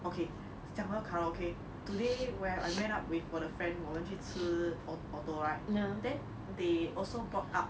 okay 讲到 karaoke today when I met up with 我的 friend 我们去吃 ORTO right then they also brought up